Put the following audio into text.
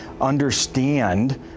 understand